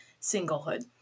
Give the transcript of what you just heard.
singlehood